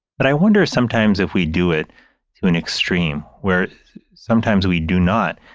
but i wonder sometimes if we do it to an extreme where sometimes we do not